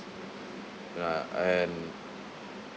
uh and